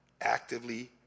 actively